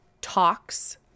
talks